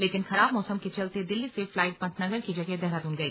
लेकिन खराब मौसम के चलते दिल्ली से फ्लाइट पंतनगर की जगह देहरादून गई